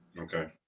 Okay